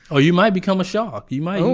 ah you might become a shark. you might.